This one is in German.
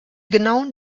genauen